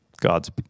God's